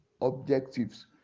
objectives